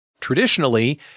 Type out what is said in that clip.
Traditionally